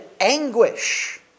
anguish